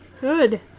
Good